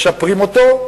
משפרים אותו,